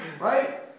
Right